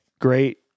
Great